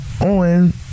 on